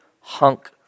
hunk